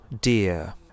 dear